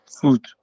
food